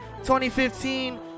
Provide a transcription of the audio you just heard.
2015